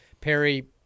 Perry